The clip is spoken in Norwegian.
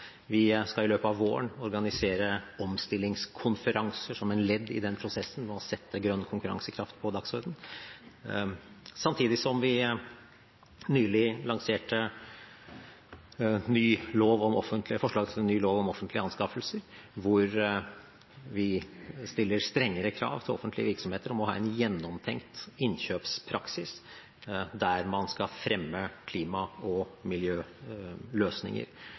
Vi skal i løpet av våren organisere omstillingskonferanser som et ledd i prosessen med å sette grønn konkurransekraft på dagsordenen, samtidig som vi nylig lanserte forslag til en ny lov om offentlige anskaffelser, hvor vi stiller strengere krav til offentlige virksomheter om å ha en gjennomtenkt innkjøpspraksis, der man skal fremme klima- og miljøløsninger.